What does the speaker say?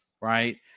right